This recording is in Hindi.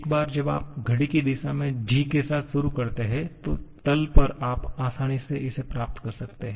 एक बार जब आप घड़ी की दिशा में G के साथ शुरू करते हैं तो तल पर आप आसानी से इसे प्राप्त कर सकते हैं